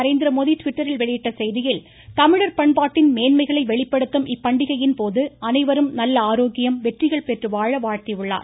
நரேந்திரமோடி டிவிட்டரில் வெளியிட்ட செய்தியில் தமிழர் பண்பாட்டின் மேன்மைகளை வெளிப்படுத்தும் இப்பண்டிகையின் போது அனைவரும் நல்ல ஆரோக்கியம் வெற்றிகள் பெற்றுவாழ வாழ்த்தி உள்ளார்